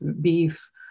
beef